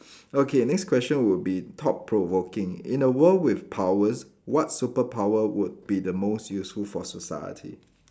okay next question would be thought provoking in a world with powers what superpower would be the most useful for society